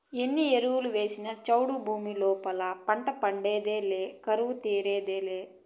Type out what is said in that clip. ఎన్ని ఎరువులు వేసినా చౌడు భూమి లోపల పంట పండేదులే కరువు తీరేదులే